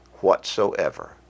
whatsoever